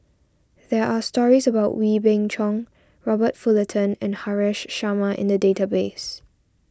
there are stories about Wee Beng Chong Robert Fullerton and Haresh Sharma in the database